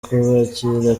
kubakira